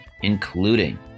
including